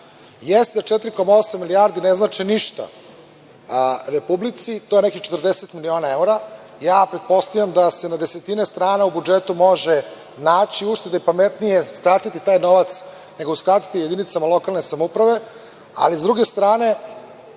Jeste, 4,8 milijardi ne znači ništa Republici, to je nekih 40 miliona evra. Ja pretpostavljam da se na desetine strana u budžetu može naći uštede pametnije, uskratiti taj novac, nego uskratiti jedinicama lokalne samouprave.S druge strane